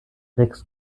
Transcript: rex